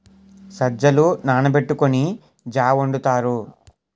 సజ్జలు నానబెట్టుకొని జా వొండుతారు